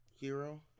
Hero